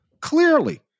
clearly